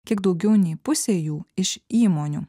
kiek daugiau nei pusė jų iš įmonių